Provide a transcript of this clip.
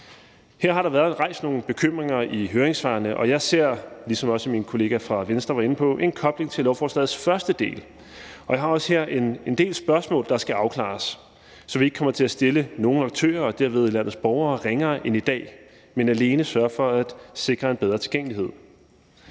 Og jeg ser, ligesom også min kollega fra Venstre var inde på, en kobling til lovforslagets første del, og jeg har også her en del spørgsmål, der skal afklares, så vi ikke kommer til at stille nogen aktører og derved landets borgere ringere end i dag, men at vi alene sørger for at sikre en bedre tilgængelighed.